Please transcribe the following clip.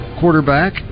quarterback